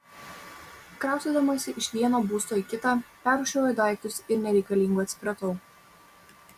kraustydamasi iš vieno būsto į kitą perrūšiuoju daiktus ir nereikalingų atsikratau